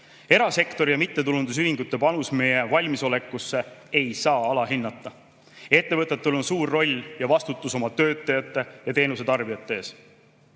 edasi. Erasektori ja mittetulundusühingute panust meie valmisolekusse ei saa alahinnata. Ettevõtetel on suur roll ja vastutus oma töötajate ja teenuse tarbijate ees.